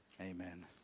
amen